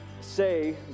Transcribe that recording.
say